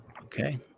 Okay